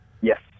Yes